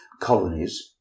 colonies